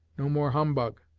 no more humbug.